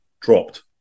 dropped